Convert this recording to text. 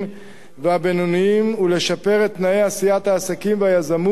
והבינוניים ולשפר את תנאי עשיית העסקים והיזמות